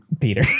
Peter